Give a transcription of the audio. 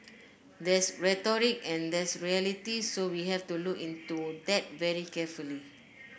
there's rhetoric and there's reality so we have to look into that very carefully